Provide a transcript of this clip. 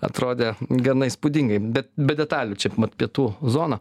atrodė gana įspūdingai bet be detalių čia mat pietų zona